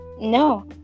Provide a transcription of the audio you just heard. No